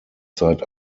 zeit